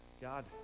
God